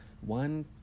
one